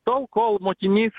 tol kol mokinys